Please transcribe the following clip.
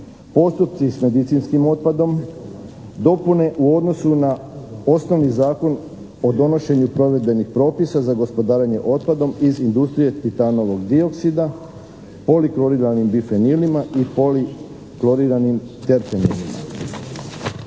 Postupci s medicinskim otpadom, dopune u odnosu na osnovni Zakon o donošenju provedbenih propisa za gospodarenje otpadom iz industrije etanovog dioksida, polikoriranim bifenilima i polikloriranim …